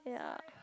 yeah